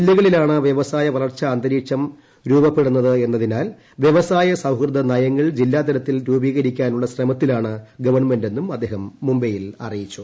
ജില്ലകളിലാണ് വ്യവസായ വളർച്ചാന്തരീക്ഷം രൂപപ്പെടുന്നത് എന്നതിനാൽ വ്യവസായ സൌഹൃദ നയങ്ങൾ ജില്ലാതലത്തിൽ രൂപീകരിക്കാനുള്ള ശ്രമത്തിലാണ് ഗവൺമെന്റെന്നും അദ്ദേഹം മുംബൈയിൽ അറിയിച്ചു